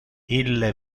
ille